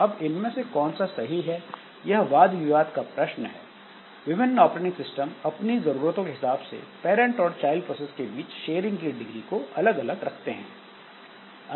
अब इनमें से कौन सा सही है यह वाद विवाद का प्रश्न है विभिन्न ऑपरेटिंग सिस्टम अपनी जरूरतों के हिसाब से पैरंट और चाइल्ड प्रोसेस के बीच इस शेयरिंग की डिग्री को अलग अलग रखते हैं